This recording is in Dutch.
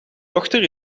dochter